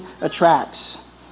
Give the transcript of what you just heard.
attracts